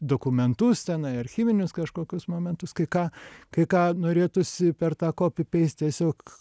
dokumentus tenai archyvinius kažkokius momentus kai ką kai ką norėtųsi per tą kopi peist tiesiog